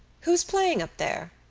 who's playing up there?